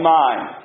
mind